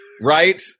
right